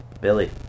Billy